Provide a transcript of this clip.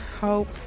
Hope